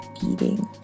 beating